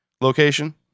location